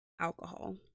Alcohol